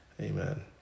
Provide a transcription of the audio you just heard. Amen